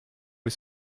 les